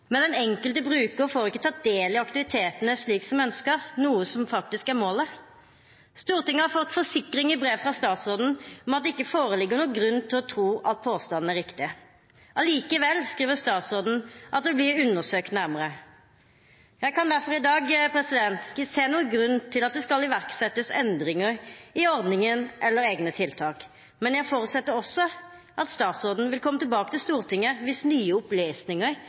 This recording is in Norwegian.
den enkelte bruker får ikke tatt del i aktivitetene som ønsket – noe som faktisk er målet. Stortinget har fått forsikring i brevet fra statsråden om at det ikke foreligger noen grunn til å tro at påstandene er riktige. Likevel skriver statsråden at det blir undersøkt nærmere. Jeg kan derfor i dag ikke se noen grunn til at det skal iverksettes endringer i ordningen eller egne tiltak. Men jeg forutsetter også at statsråden vil komme tilbake til Stortinget hvis nye